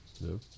No